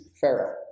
Pharaoh